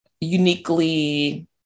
uniquely